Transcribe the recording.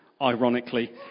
ironically